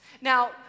Now